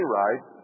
right